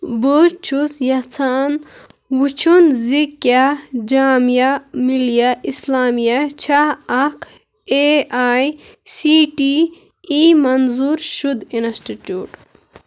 بہٕ چھُس یَژھان وُچھُن زِ کیٛاہ جامیا مِلیہ اِسلامیہ چھا اَکھ A I C T E منظوٗر شُد اِنسٹِٹیٛوٗٹ